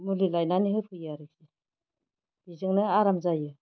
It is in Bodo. मुलि लायनानै होफैयो आरो बेजोंनो आराम जायो